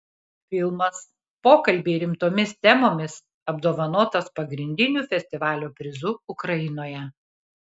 filmas pokalbiai rimtomis temomis apdovanotas pagrindiniu festivalio prizu ukrainoje